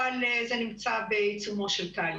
אבל זה נמצא בעיצומו של תהליך.